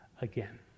again